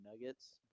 Nuggets